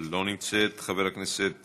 לא נמצאת, חבר הכנסת